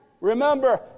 Remember